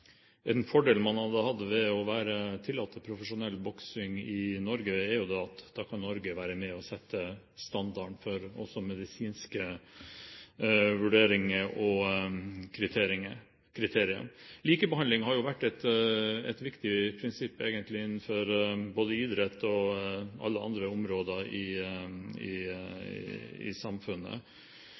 En fordel man har hatt ved å tillate profesjonell boksing i Norge, er at da kan Norge være med og sette standarden også for medisinske vurderinger og kriterier. Likebehandling har egentlig vært et viktig prinsipp innenfor både idrett og alle andre områder i samfunnet. Det er viktig å likebehandle de ulike idrettsgrenene. I